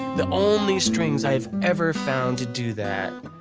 the only strings i've ever found to do that